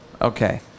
Okay